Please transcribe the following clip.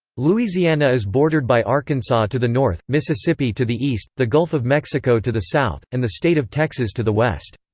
louisiana is bordered by arkansas to the north, mississippi to the east, the gulf of mexico to the south, and the state of texas to the west.